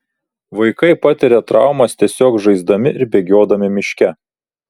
vaikai patiria traumas tiesiog žaisdami ir bėgiodami miške